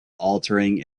altering